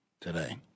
today